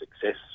success